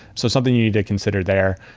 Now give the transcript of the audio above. so something you need to consider there,